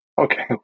Okay